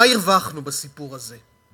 מה הרווחנו בסיפור הזה?